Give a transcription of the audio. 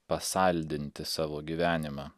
pasaldinti savo gyvenimą